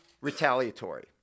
retaliatory